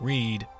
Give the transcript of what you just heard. Read